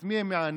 את מי הם מענים?